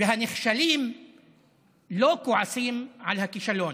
והנכשלים לא כועסים על הכישלון,